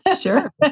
Sure